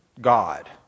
God